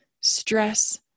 Stress